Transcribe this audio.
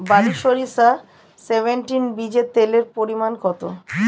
বারি সরিষা সেভেনটিন বীজে তেলের পরিমাণ কত?